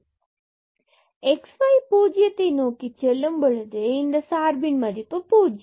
x மற்றும் y புஜ்ஜியத்தை நோக்கிச் செல்லும் போது இந்த சார்பின் மதிப்பு பூஜ்யம் ஆகும்